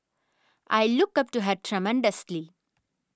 I look up to her tremendously